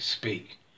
Speak